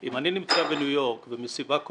או לפגוע בניהול הסיכונים.